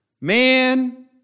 Man